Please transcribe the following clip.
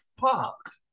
fuck